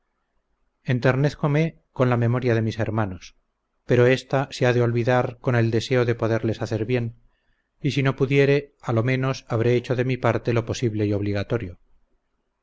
posible enternézcome con la memoria de mis hermanos pero esta se ha de olvidar con el deseo de poderles hacer bien y si no pudiere a lo menos habré hecho de mi parte lo posible y obligatorio